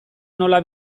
nola